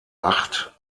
acht